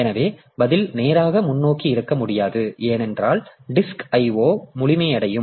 எனவே பதில் நேராக முன்னோக்கி இருக்க முடியாது ஏனென்றால் டிஸ்க் IO முழுமையடையும்